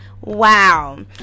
wow